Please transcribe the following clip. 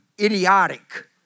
idiotic